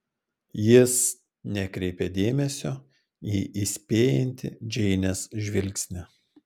jis nekreipia dėmesio į įspėjantį džeinės žvilgsnį